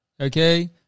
Okay